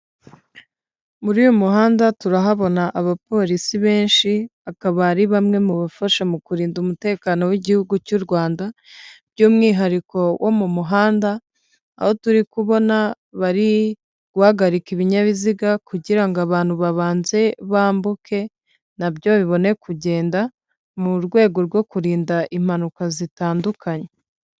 Muri uyu muhanda turahabona abapolisi benshi akaba ari bamwe mu bafasha mu kurinda umutekano w'Igihugu cy'u Rwanda by'umwihariko wo mu muhanda aho turi kubona bari guhagarika ibinyabiziga kugira ngo abantu babanze bambuke na byo bibone kugenda mu rwego rwo kurinda impanuka zitandukanye.